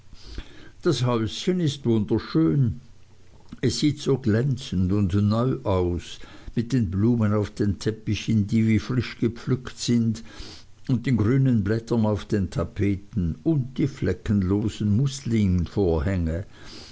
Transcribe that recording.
das häuschen ist wunderschön es sieht so glänzend und neu aus mit den blumen auf den teppichen die wie frisch gepflückt sind und den grünen blättern auf den tapeten und die fleckenlosen